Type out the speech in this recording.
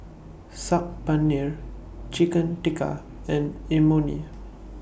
Saag Paneer Chicken Tikka and Imoni